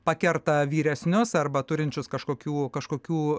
pakerta vyresnius arba turinčius kažkokių kažkokių